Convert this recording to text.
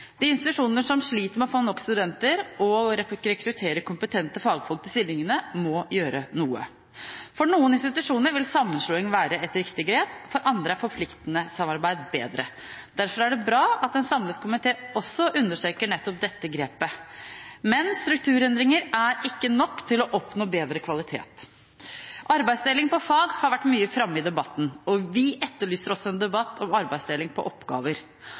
De institusjonene som sliter med å få nok studenter og å rekruttere kompetente fagfolk til stillingene, må gjøre noe. For noen institusjoner vil sammenslåing være et riktig grep, for andre er forpliktende samarbeid bedre. Derfor er det bra at en samlet komité også understreker nettopp dette grepet. Men strukturendringer er ikke nok til å oppnå bedre kvalitet. Arbeidsdeling på fag har vært mye framme i debatten, og vi etterlyser også en debatt om arbeidsdeling på oppgaver.